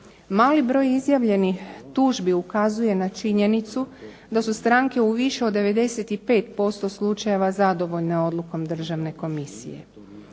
Mali broj izjavljenih tužbi ukazuje na činjenicu da su stranke u više od 95% slučajeva zadovoljne odlukom Državne komisije.